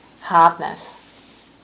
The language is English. hardness